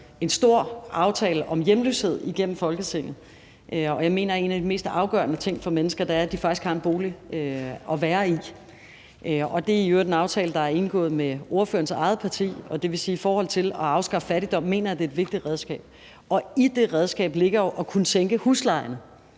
en stor aftale om hjemløshed igennem Folketinget, og jeg mener, at en af de mest afgørende ting for mennesker er, at de faktisk har en bolig at være i. Det er i øvrigt en aftale, der er indgået med ordførerens eget parti, og det vil sige, at i forhold til at afskaffe fattigdom mener jeg det er et vigtigt redskab. Og i det redskab ligger jo at kunne sænke huslejen.